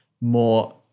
more